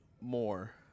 more